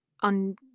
on